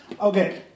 okay